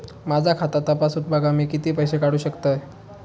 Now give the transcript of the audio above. माझा खाता तपासून बघा मी किती पैशे काढू शकतय?